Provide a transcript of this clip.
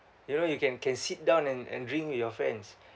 you know you can can sit down and and drink with your friends